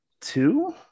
two